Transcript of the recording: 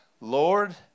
Lord